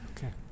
Okay